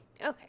Okay